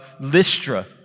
Lystra